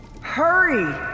Hurry